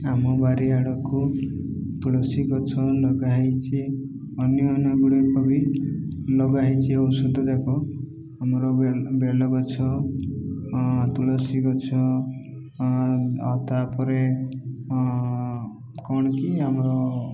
ଆମ ବାରିଆଡ଼କୁ ତୁଳସୀ ଗଛ ଲଗାହେଇଛି ଅନ୍ୟ ଅନ୍ୟ ଗୁଡ଼ିକ ବି ଲଗାହେଇଛି ଔଷଧ ଯାକ ଆମର ବେ ବେଲ ଗଛ ତୁଳସୀ ଗଛ ଆଉ ତାପରେ କଣ କି ଆମର